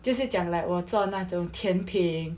这是讲我做那种甜品